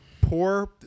poor